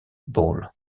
ball